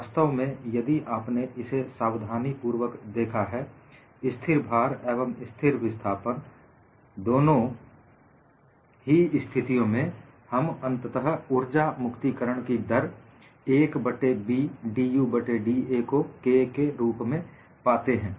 वास्तव में यदि आपने इसे सावधानीपूर्वक देखा है स्थिर भार एवं स्थिर विस्थापन दोनों ही स्थितियों में हम अंततः ऊर्जा मुक्तिकरण की दर 1 बट्टे B dU बट्टे da को k रूप में पातें हैं